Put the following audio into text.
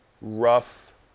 rough